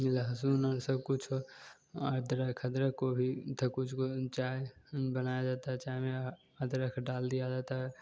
लहसुन और सब कुछ को अदरक हदरक को भी थकुच को चाय बनाया जाता है चाय में अदरक डाल दिया जाता है